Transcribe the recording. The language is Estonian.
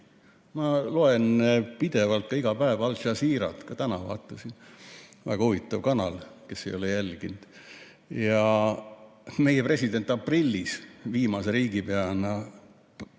loen pidevalt, iga päev Al-Jazeerat. Täna vaatasin, väga huvitav kanal, kes ei ole jälginud. Ja meie president aprillis viimase riigipeana mõni